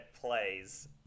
plays